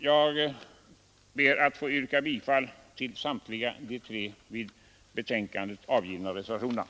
Jag ber att få yrka bifall till samtliga de tre till betänkandet avgivna reservationerna.